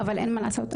אבל אין מה לעשות,